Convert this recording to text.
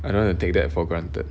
I don't wanna take that for granted